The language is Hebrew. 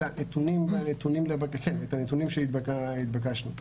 את הנתונים שהתבקשנו.